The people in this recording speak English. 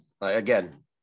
again